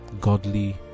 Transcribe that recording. godly